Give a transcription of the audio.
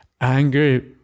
Anger